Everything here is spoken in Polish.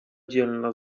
dzielna